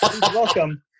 Welcome